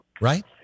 right